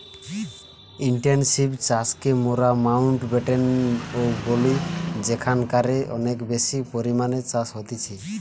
intensive চাষকে মোরা মাউন্টব্যাটেন ও বলি যেখানকারে অনেক বেশি পরিমাণে চাষ হতিছে